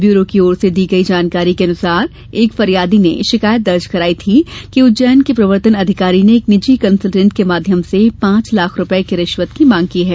bureau की ओर से की गई जानकारी के मुताबिक एक फरियादी ने शिकायत दर्ज कराई थी कि उज्जैन के प्रवर्तन अधिकारी ने एक निजी कंसलटेंट के माध्यम से पांच लाख रूपये की रिश्वत की मांग की है